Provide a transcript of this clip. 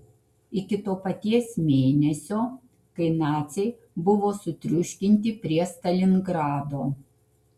iki to paties mėnesio kai naciai buvo sutriuškinti prie stalingrado